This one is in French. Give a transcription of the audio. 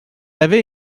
avait